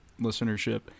listenership